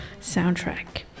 soundtrack